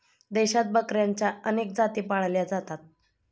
देशात बकऱ्यांच्या अनेक जाती पाळल्या जातात